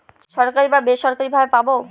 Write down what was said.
সরকারি বা বেসরকারি ভাবে পাবো